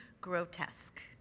grotesque